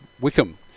Wickham